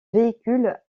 véhicules